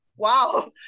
Wow